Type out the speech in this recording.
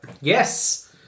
Yes